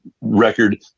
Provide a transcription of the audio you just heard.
record